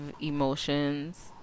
emotions